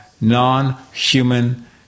non-human